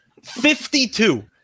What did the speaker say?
52